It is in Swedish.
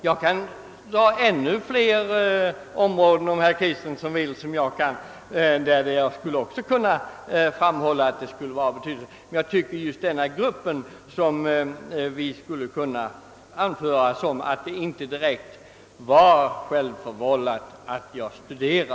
Jag kan ta flera exempel, om herr Kristenson vill, men jag menar att just denna grupp kan anföras som exempel därför att det ju inte kan anses som »självförvållat» att studera.